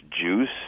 juice